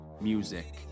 music